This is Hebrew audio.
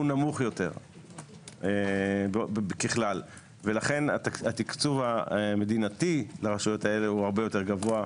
נמוך יותר ככלל ולכן התקצוב המדינתי לרשויות האלה הוא הרבה יותר גבוה,